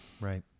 Right